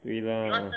wait lah